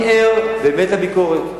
אני ער באמת לביקורת.